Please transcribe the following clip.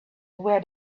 where